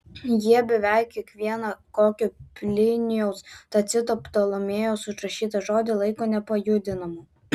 jie beveik kiekvieną kokio plinijaus tacito ptolemėjaus užrašytą žodį laiko nepajudinamu